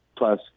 Plus